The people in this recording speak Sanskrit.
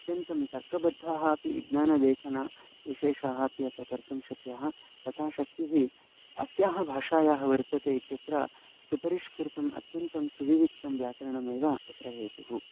अत्यन्तं तर्कबद्धाः अपि ज्ञानलेखनविशेषाः अपि अद्य कर्तुं शक्याः तथा शक्तिः अस्याः भाषायाः वर्तते इत्यत्र सुपरिष्कृतम् अत्यन्तं सुविविक्तं व्याकरणमेव तत्र हेतुः